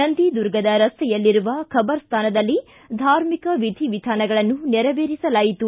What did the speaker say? ನಂದಿ ದುರ್ಗದ ರಸ್ತೆಯಲ್ಲಿರುವ ಖಬರಸ್ತಾನದಲ್ಲಿ ಧಾರ್ಮಿಕ ವಿಧಿವಿಧಾನಗಳನ್ನು ನೆರವೇರಿಸಲಾಯಿತು